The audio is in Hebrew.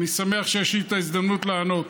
אני שמח שיש לי הזדמנות לענות.